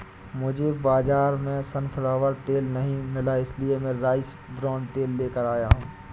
मुझे बाजार में सनफ्लावर तेल नहीं मिला इसलिए मैं राइस ब्रान तेल लेकर आया हूं